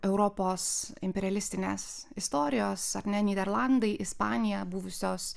europos imperialistinės istorijos ar ne nyderlandai ispanija buvusios